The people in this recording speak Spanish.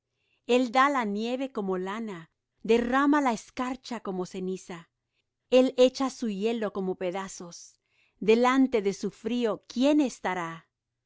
el da la nieve como lana derrama la escarcha como ceniza el echa su hielo como pedazos delante de su frío quién estará